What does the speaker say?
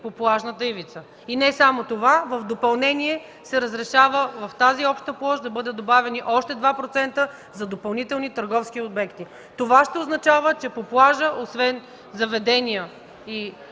по плажната ивица. Не само това, в допълнение се разрешава в тази обща площ да бъдат добавени още 2% за допълнителни търговски обекти. Това ще означава, че по плажа освен заведения,